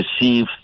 receive